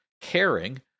caring